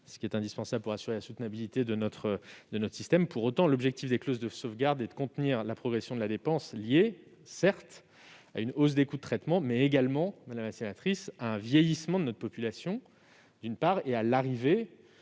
ce qui est indispensable pour assurer la soutenabilité de notre système. Pour autant, l'objectif des clauses de sauvegarde est de contenir la progression de la dépense, laquelle est liée, certes, à une hausse des coûts de traitement, mais également à un vieillissement de la population et à l'arrivée